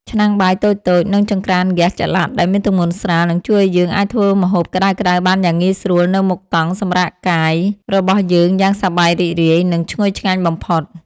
ឆ្នាំងបាយតូចៗ និង ចង្ក្រានហ្គាសចល័តដែលមានទម្ងន់ស្រាលនឹងជួយឱ្យយើងអាចធ្វើម្ហូបក្តៅៗបានយ៉ាងងាយស្រួលនៅមុខតង់សម្រាកកាយរបស់យើងយ៉ាងសប្បាយរីករាយ និង ឈ្ងុយឆ្ងាញ់បំផុត។